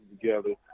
together